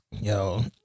Yo